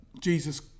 Jesus